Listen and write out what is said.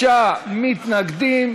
להלן: קבוצת סיעת המחנה הציוני,